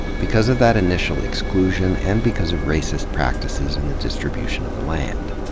because of that initial exclusion and because of racist practices in the distribution of the land.